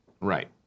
Right